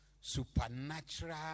supernatural